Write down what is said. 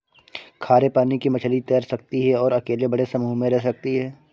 खारे पानी की मछली तैर सकती है और अकेले बड़े समूह में रह सकती है